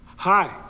Hi